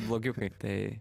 blogiukai tai